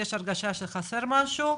הרגשה שחסר משהו.